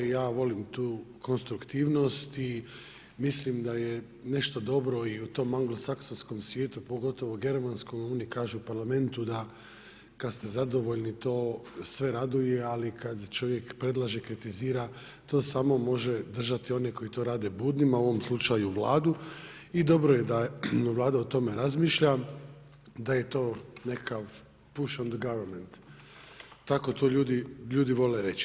I ja volim tu konstruktivnost i mislim da je nešto dobro i u tom anglosaksonskom svijetu pogotovo u germanskom, oni kažu parlamentu da kada ste zadovoljni to sve raduje, ali kada čovjek predlaže, kritizira to samo može držati one koji to radnim budnima, a u ovom slučaju Vladu i dobro je da Vlada o tome razmišlja, da je to nekakav push of the government tako to ljudi vole reći.